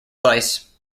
slice